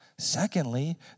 Secondly